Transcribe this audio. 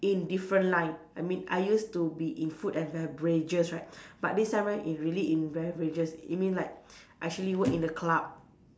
in different line I mean I used to be in food and beverages right but this time round it's really in beverages you mean like I actually work in the club